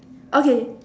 okay